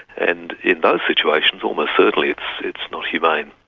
and in those situations almost certainly it's not humane.